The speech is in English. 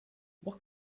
what